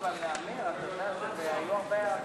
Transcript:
ההסתייגות לחלופין (ב) של קבוצת סיעת מרצ,